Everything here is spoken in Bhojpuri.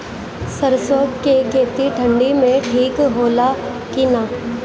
सरसो के खेती ठंडी में ठिक होला कि ना?